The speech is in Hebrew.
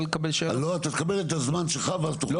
לא, אתה תקבל את הזמן שלך ואז תוכל לשאול שאלות.